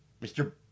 Mr